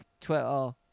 Twitter